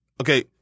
Okay